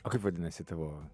kaip vadinasi tavo